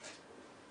אחרות?